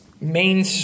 Main